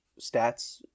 stats